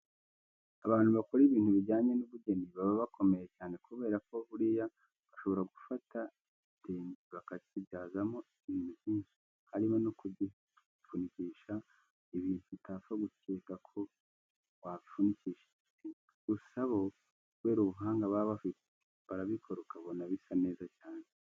Abantu bakora ibintu bijyanye n'ubugeni baba bakomeye cyane kubera ko buriya bashobora gufata igitenge bakakibyazamo ibintu byinshi, harimo no kugifunikisha ibintu utapfa gukeka ko wabifunikisha igitenge. Gusa bo kubera ubuhanga baba bafite, barabikora ukanabona bisa neza cyane.